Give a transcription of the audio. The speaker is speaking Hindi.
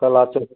कल आते है